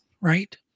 right